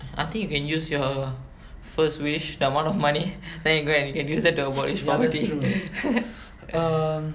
I think you can use your first wish the amount of money then you go and you can use that to abolish poverty